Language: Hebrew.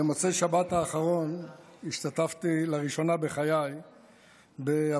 במוצאי שבת האחרונה השתתפתי לראשונה בחיי בהפגנה.